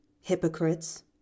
hypocrites